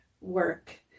work